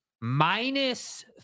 Minus